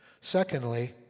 Secondly